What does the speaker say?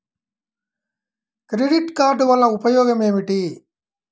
Credit card వల్ల ఉపయోగం ఏమిటీ?